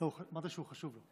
אמרתי שהוא חשוב לו.